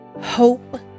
hope